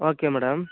okay madam